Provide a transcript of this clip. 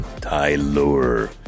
Tyler